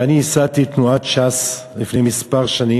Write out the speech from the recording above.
הרי אני ייסדתי את תנועת ש"ס לפני כמה שנים,